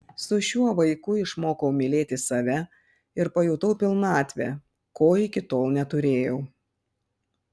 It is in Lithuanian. su šiuo vaiku išmokau mylėti save ir pajutau pilnatvę ko iki tol neturėjau